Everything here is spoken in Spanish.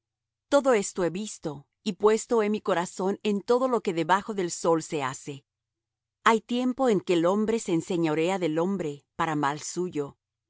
todo esto he visto y puesto he mi corazón en todo lo que debajo del sol se hace hay tiempo en que el hombre se enseñorea del hombre para mal suyo